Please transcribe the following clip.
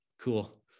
cool